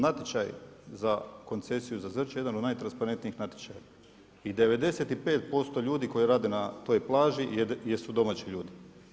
Natječaj za koncesiju za Zrče je jedan od najtransparentnijih natječaja i 95% ljudi koji rade na toj plaži jesu domaći ljudi.